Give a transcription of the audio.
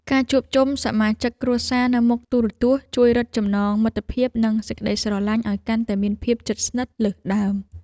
ការជួបជុំសមាជិកគ្រួសារនៅមុខទូរទស្សន៍ជួយរឹតចំណងមិត្តភាពនិងសេចក្តីស្រឡាញ់ឱ្យកាន់តែមានភាពជិតស្និទ្ធលើសដើម។